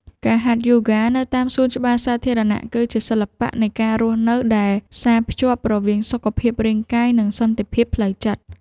ការហាត់យូហ្គានៅតាមសួនច្បារសាធារណៈ គឺជាសិល្បៈនៃការរស់នៅដែលផ្សារភ្ជាប់រវាង សុខភាពរាងកាយ និងសន្តិភាពផ្លូវចិត្ត។